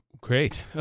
Great